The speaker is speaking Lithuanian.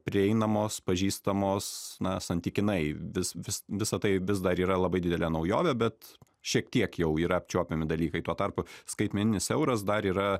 prieinamos pažįstamos na santykinai vis vis visa tai vis dar yra labai didelė naujovė bet šiek tiek jau yra apčiuopiami dalykai tuo tarpu skaitmeninis euras dar yra